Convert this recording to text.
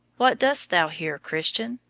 what dost thou here, christian?